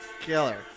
Killer